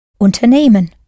unternehmen